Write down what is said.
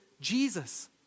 Jesus